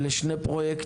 אלה שני פרויקטים,